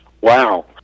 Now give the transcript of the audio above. Wow